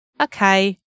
okay